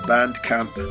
Bandcamp